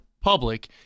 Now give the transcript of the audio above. public